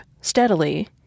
steadily